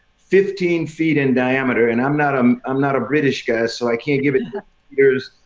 fifteen feet in diameter. and i'm not um i'm not a british guy, so i can't give it is.